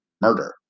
murder